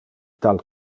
tal